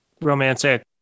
romantic